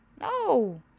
No